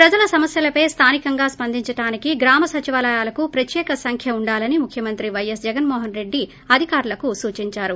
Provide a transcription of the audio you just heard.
ప్రజల సమస్యలపై స్థానికంగా స్పందించడానికి గ్రామ సచివాలయాలకు ప్రత్యేక సంఖ్య ఉండాలని ముఖ్యమంత్రి పైఎస్ జగన్మోహన్రెడ్డి అధికారులకు సూచించారు